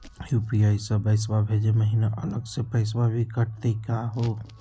UPI स पैसवा भेजै महिना अलग स पैसवा भी कटतही का हो?